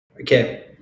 okay